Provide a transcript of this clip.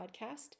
podcast